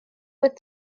with